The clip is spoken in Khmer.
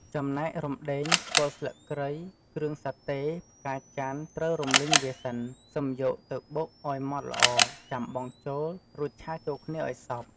ចំណែករំដេង គល់ស្លឹកគ្រៃ គ្រឿងសាតេ ផ្កាចន្ទន៍ត្រូវរំលីងវាសិន សិមយកទៅបុកឱ្យម៉ដ្ឋល្អ ចាំបង់ចូល រួចឆាចូលគ្នាឱ្យសព្វ។